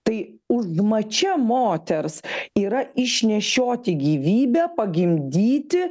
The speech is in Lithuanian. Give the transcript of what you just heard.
tai užmačia moters yra išnešioti gyvybę pagimdyti